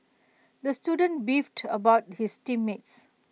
the student beefed about his team mates